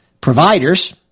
providers